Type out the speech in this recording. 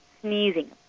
sneezing